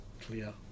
Clear